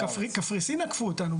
קפריסין עקפו אותנו,